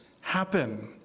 happen